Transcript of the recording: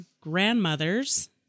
grandmother's